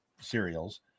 cereals